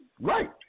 Right